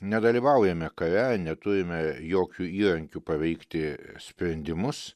nedalyvaujame kare neturime jokių įrankių paveikti sprendimus